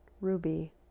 ruby